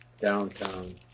downtown